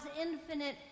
infinite